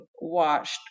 watched